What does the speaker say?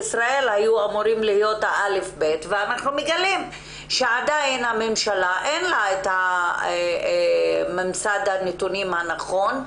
הישראלית ומגלים שעדיין לממשלה אין את מסד הנתונים הנכון.